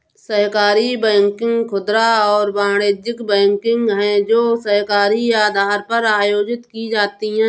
सहकारी बैंकिंग खुदरा और वाणिज्यिक बैंकिंग है जो सहकारी आधार पर आयोजित की जाती है